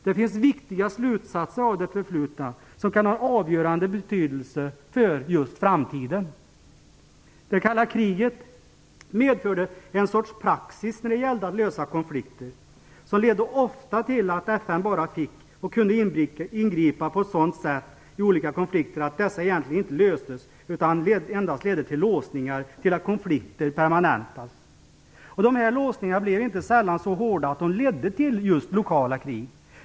Det finns viktiga slutsatser att dra av det förflutna, slutsatser som kan ha avgörande betydelse för framtiden. Det kalla kriget medförde en sorts praxis när det gällde att lösa konflikter som ofta ledde till att FN bara fick, och kunde, ingripa i olika konflikter på ett sådant sätt att dessa egentligen inte löstes utan endast ledde till låsningar och till att konflikter permanentades. Dessa låsningar blev inte sällan så hårda att de ledde till lokala krig.